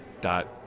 dot